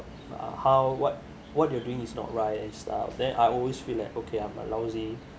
uh how what what you're doing is not right and stuff then I always feel like okay I'm a lousy